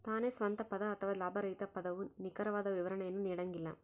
ತಾನೇ ಸ್ವಂತ ಪದ ಅಥವಾ ಲಾಭರಹಿತ ಪದವು ನಿಖರವಾದ ವಿವರಣೆಯನ್ನು ನೀಡಂಗಿಲ್ಲ